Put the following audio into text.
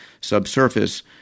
subsurface